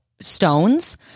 stones